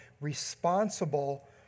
responsible